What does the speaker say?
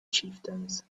chieftains